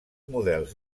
models